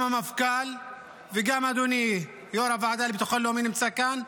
גם המפכ"ל וגם אדוני יו"ר הוועדה לביטחון לאומי נמצאים כאן.